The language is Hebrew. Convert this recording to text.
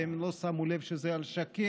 והם לא שמו לב שזה על שקט,